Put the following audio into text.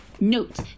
Note